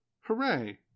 Hooray